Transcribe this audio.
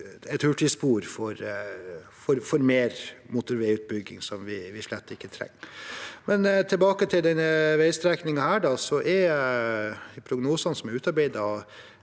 et hurtigspor for mer motorveiutbygging, som vi slett ikke trenger. Men tilbake til denne veistrekningen: Prognosene som er utarbeidet av